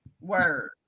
word